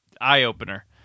Eye-opener